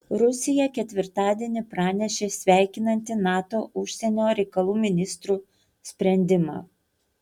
rusija ketvirtadienį pranešė sveikinanti nato užsienio reikalų ministrų sprendimą